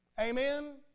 Amen